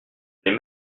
les